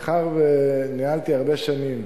מאחר שניהלתי הרבה שנים